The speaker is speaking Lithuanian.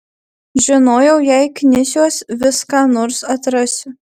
žinojau jei knisiuos vis ką nors atrasiu